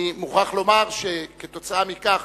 אני מוכרח לומר שכתוצאה מכך